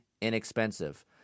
inexpensive